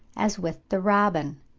as with the robin.